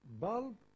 bulb